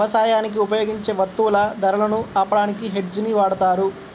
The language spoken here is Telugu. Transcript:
యవసాయానికి ఉపయోగించే వత్తువుల ధరలను ఆపడానికి హెడ్జ్ ని వాడతారు